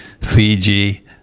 Fiji